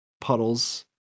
puddles